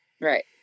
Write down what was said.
Right